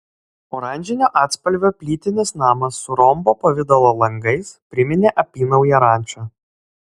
oranžinio atspalvio plytinis namas su rombo pavidalo langais priminė apynauję rančą